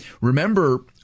remember